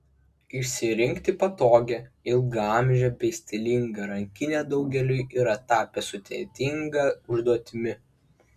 išsirinkti patogią ilgaamžę bei stilingą rankinę daugeliui yra tapę sudėtinga užduotimi